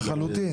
לחלוטין.